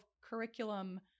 curriculum